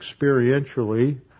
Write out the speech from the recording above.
experientially